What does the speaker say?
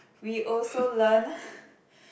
we also learn